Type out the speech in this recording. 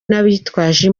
n’abitwaje